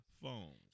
phones